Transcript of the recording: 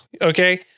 Okay